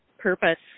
purpose